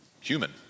human